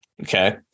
Okay